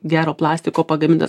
gero plastiko pagamintas